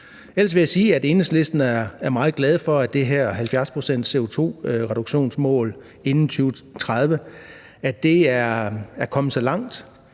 Ellers vil jeg sige, at Enhedslisten er meget glade for, at det her mål om en CO2-reduktion på 70 pct. inden 2030 er kommet så langt.